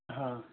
हाँ